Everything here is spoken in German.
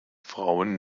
frauen